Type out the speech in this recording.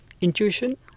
intuition